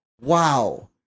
wow